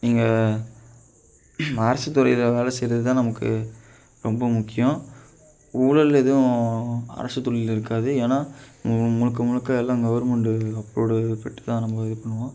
நீங்கள் அரசு துறையில் வேலை செய்வது தான் நமக்கு ரொம்ப முக்கியம் ஊழல் எதுவும் அரசு தொழில்ல இருக்காது ஏன்னால் மு முழுக்க முழுக்க எல்லாம் கவர்மெண்ட்டு அப்ரூவ்டு பெற்று தான் நம்ப இது பண்ணுவோம்